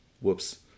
whoops